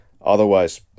otherwise